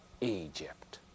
Egypt